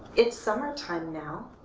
it's summertime now.